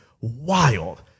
wild